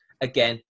again